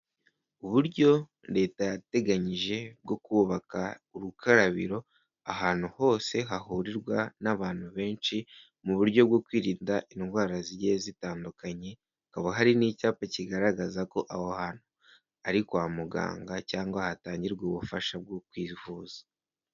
Uburyo leta yateganyije bwo kubaka urukarabiro, ahantu hose hahurirwa n'abantu benshi mu buryo bwo kwirinda indwara zigiye zitandukanye, hakaba hari n'icyapa kigaragaza ko aho hantu ari kwa muganga cyangwa hatangirwa ubufasha bwo kwivuza.